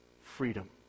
Freedom